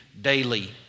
daily